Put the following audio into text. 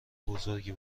بزرگی